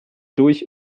durch